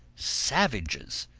savages,